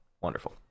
Wonderful